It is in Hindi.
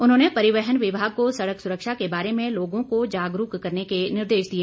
उन्होंने परिवहन विभाग को सड़क सुरक्षा के बारे में लोगों को जागरूक करने के निर्देश दिए